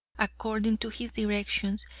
according to his directions,